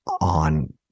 on